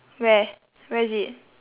where where is it